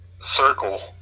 circle